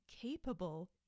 capable